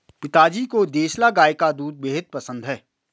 पिताजी को देसला गाय का दूध बेहद पसंद है